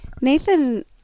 Nathan